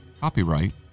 Copyright